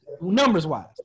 numbers-wise